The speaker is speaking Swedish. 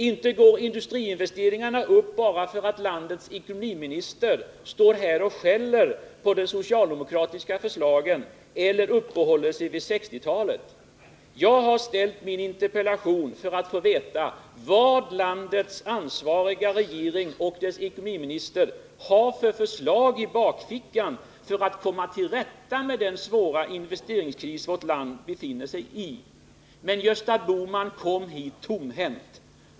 Inte går industriinvesteringarna upp bara för att landets ekonomiminister står här och skäller på de socialdemokratiska förslagen eller uppehåller sig vid 1960-talet. Jag har framställt min interpellation för att få veta vilka förslag landets ansvariga regering och dess ekonomiminister har i bakfickan för att komma till rätta med den svåra investeringskris vårt land befinner sig i. Men Gösta Bohman kom hit tomhänt.